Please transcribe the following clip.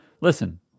listen